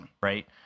right